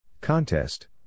Contest